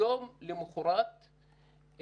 יום למוחרת,